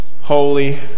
Holy